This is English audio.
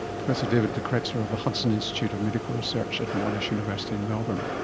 professor david de krester of the hudson institute of medical research at monash university in melbourne.